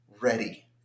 ready